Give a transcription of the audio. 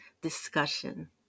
discussion